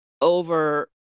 over